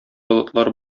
болытлар